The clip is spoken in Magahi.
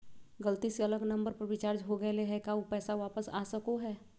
गलती से अलग नंबर पर रिचार्ज हो गेलै है का ऊ पैसा वापस आ सको है?